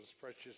precious